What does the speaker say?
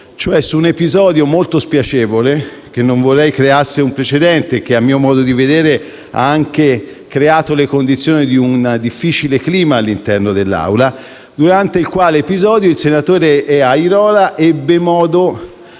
di un episodio molto spiacevole, che non vorrei creasse un precedente e che, a mio modo di vedere, ha anche creato le condizioni per un difficile clima all'interno dell'Assemblea, durante il quale il senatore Airola ha avuto